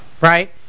right